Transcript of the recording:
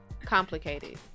complicated